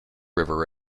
river